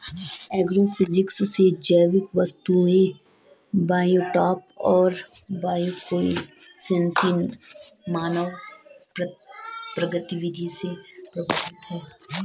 agrophysics से जैविक वस्तुएं बायोटॉप और बायोकोएनोसिस मानव गतिविधि से प्रभावित हैं